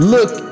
Look